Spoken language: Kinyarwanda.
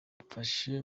mfashe